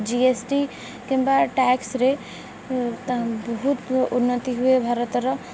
G ଏ ଷ୍ଟି କିମ୍ବା ଟ୍ୟାକ୍ସରେ ବହୁତ ଉନ୍ନତି ହୁଏ ଭାରତର